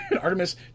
Artemis